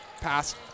pass